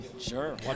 sure